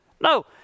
No